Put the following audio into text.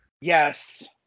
Yes